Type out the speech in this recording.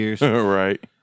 Right